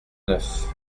neuf